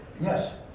Yes